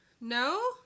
no